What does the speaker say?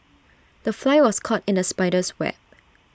the fly was caught in the spider's web